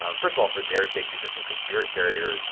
um first of all for their safety just in case you're a carrier,